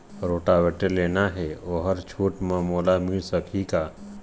Rotavator लेना हे ओहर छूट म मोला मिल सकही का?